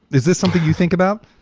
is this something you think about?